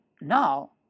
now